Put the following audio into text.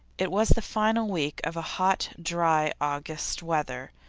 it was the final week of hot, dry august weather,